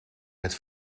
het